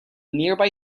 nearby